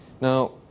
Now